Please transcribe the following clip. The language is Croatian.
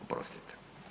Oprostite.